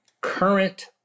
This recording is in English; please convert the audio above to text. Current